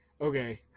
Okay